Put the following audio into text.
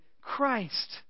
Christ